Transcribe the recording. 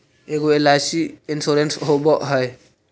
ऐगो LIC insurance होव है?